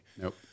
Nope